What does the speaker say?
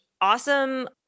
awesome